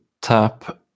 tap